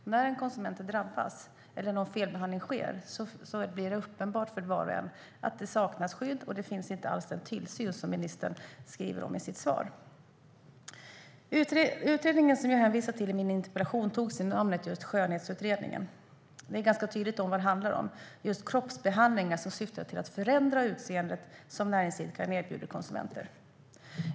När en konsument drabbas eller någon felbehandling sker blir det uppenbart för var och en att det saknas skydd. Det finns inte alls den tillsyn som ministern talar om i sitt svar. Utredningen som jag hänvisar till i min interpellation tog sig just namnet Skönhetsutredningen. Det är ganska tydligt vad det handlar om. Det är kroppsbehandlingar som syftar till att förändra utseendet som näringsidkaren erbjuder konsumenter.